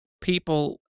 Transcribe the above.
people